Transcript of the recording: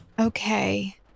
okay